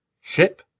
Ship